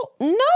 no